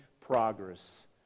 progress